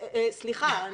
סליחה,